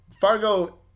Fargo